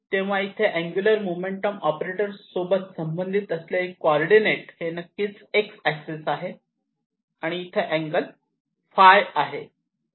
तेव्हा इथे angular momentum operator सोबत संबंधित असलेले कॉर्डीनेट हे नक्कीच x एक्सिस आहे आणि इथे अँगल ɸ आहे